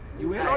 you know